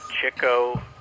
Chico